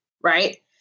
Right